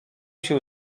się